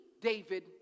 David